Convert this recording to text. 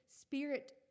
spirit